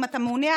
אם אתה מעוניין,